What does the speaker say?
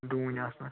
ڈوٗنۍ آسنا